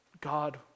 God